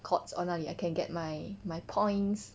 courts or 那里 I can get my my points